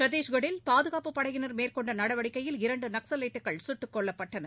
சத்திஷ்கடில் பாதுகாப்புப் படையினர் மேற்கொண்டநடவடிக்கையில் இரண்டுநக்ஸவைட்டுகள் சுட்டுக் கொல்லப்பட்டனர்